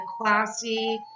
classy